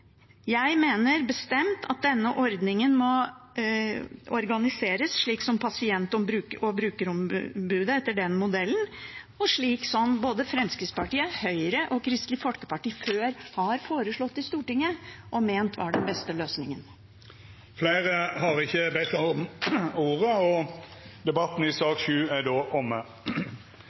Jeg mener bestemt at denne ordningen må organiseres slik som Pasient- og brukerombudet, etter den modellen, og slik både Fremskrittspartiet, Høyre og Kristelig Folkeparti før har foreslått i Stortinget, og ment var den beste løsningen. Fleire har ikkje bedt om ordet til sak nr. 7. Etter ynske frå helse- og omsorgskomiteen vil presidenten ordna debatten